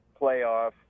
playoff